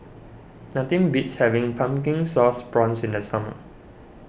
nothing beats having Pumpkin Sauce Prawns in the summer